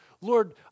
Lord